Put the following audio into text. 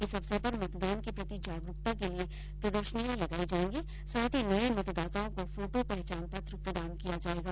इस अवसर पर मतदान के प्रति जागरूकता के लिये प्रदर्शनियां लगाई जायेगी साथ ही नये मतदाताओं को फोटो पहचान पत्र प्रदान किया जायेगा